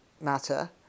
matter